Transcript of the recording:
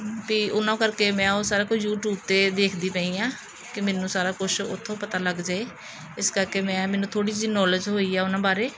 ਵੀ ਉਹਨਾਂ ਕਰਕੇ ਮੈਂ ਉਹ ਸਾਰਾ ਕੁਝ ਯੂਟੀਊਬ 'ਤੇ ਦੇਖਦੀ ਪਈ ਹਾਂ ਕਿ ਮੈਨੂੰ ਸਾਰਾ ਕੁਛ ਉੱਥੋਂ ਪਤਾ ਲੱਗ ਜਾਏ ਇਸ ਕਰਕੇ ਮੈਂ ਮੈਨੂੰ ਥੋੜ੍ਹੀ ਜਿਹੀ ਨੌਲੇਜ ਹੋਈ ਆ ਉਹਨੂੰ ਬਾਰੇ